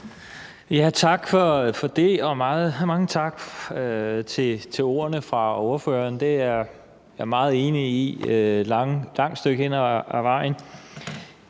Tak for det. Og mange tak til ordføreren for ordene – jeg er meget enig et langt stykke af vejen.